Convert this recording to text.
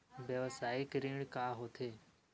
व्यवसायिक ऋण का होथे?